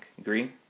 Agree